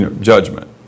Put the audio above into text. judgment